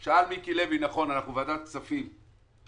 אנחנו ועדת כספים,